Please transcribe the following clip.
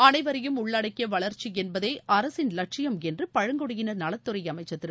அனைவரையும் உள்ளடக்கிய வளர்ச்சி என்பதே அரசின் லட்சியம் என்று பழங்குடியினர் நலத்துறை அமைச்சர் திரு